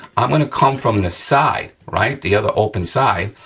i'm gonna come from the side, right? the other open side,